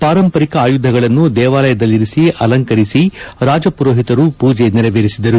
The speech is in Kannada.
ಪಾರಂಪರಿಕ ಅಯುಧಗಳನ್ನು ದೇವಾಲಯದಲ್ಲಿರಿಸಿ ಅಲಂಕರಿಸಿ ರಾಜಪುರೋಹಿತರು ಪೂಜೆ ನೆರೆವೇರಿಸಿದರು